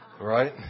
Right